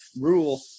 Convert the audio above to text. rule